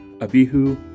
Abihu